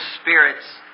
spirits